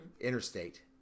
interstate